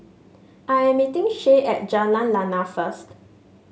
I am meeting Shae at Jalan Lana first